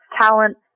talent